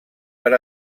per